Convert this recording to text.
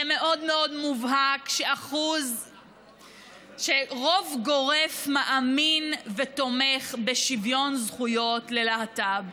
זה מאוד מאוד מובהק שרוב גורף מאמין ותומך בשוויון זכויות ללהט"ב.